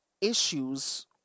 issues